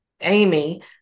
Amy